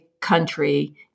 country